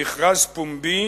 מכרז פומבי